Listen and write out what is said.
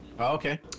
Okay